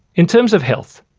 in terms of health,